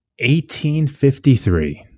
1853